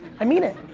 i mean it,